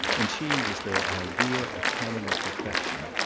and she was their idea of feminine perfection.